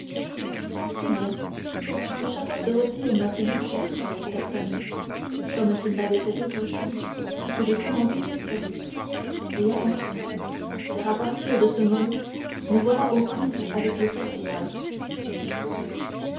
c'est bien que chacun se retire maintenant chez soi dit d'artagnan comme s'il n'avait fait autre chose que de commander toute sa vie et attention car à partir de ce moment nous voilà aux prises avec le cardinal